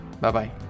Bye-bye